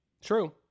True